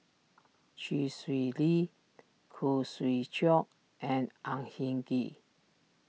Chee Swee Lee Khoo Swee Chiow and Ang Hin Kee